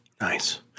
Nice